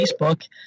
Facebook